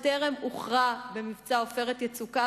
שטרם הוכרע במבצע "עופרת יצוקה",